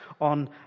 on